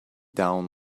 down